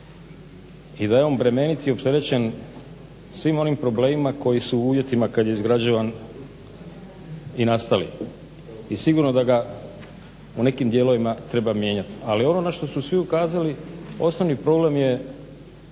i da je on bremenit i opterećen svim onim problemima koji su u uvjetima kad je izgrađivan i nastali. I sigurno da ga u nekim dijelovima treba mijenjati. Ali ono na što su svi ukazali osnovni problem je,